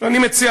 אני מציע